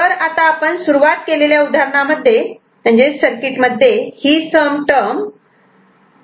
तर आता आपण सुरुवात केलेल्या उदाहरणांमध्ये सर्किट मध्ये ही सम टर्म A C